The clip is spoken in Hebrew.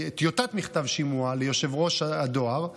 טיוטת מכתב שימוע ליושב-ראש הדואר.